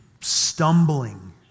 stumbling